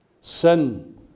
Sin